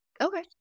Okay